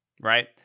right